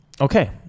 okay